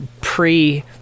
Pre